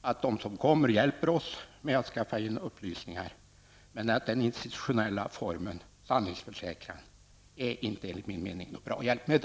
och att de som kommer till utskottet hjälper oss med att införskaffa upplysningar. Men den institutionaliserade formen med sanningsförsäkran är inte enligt min mening något bra hjälpmedel.